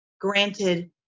granted